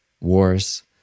wars